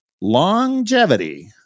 longevity